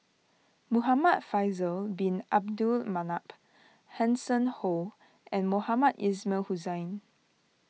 Muhamad Faisal Bin Abdul Manap Hanson Ho and Mohamed Ismail Hussain